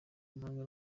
impanga